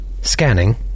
Scanning